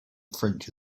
french